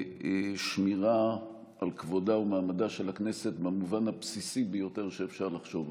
בשמירה על כבודה ומעמדה של הכנסת במובן הבסיסי ביותר שאפשר לחשוב עליו.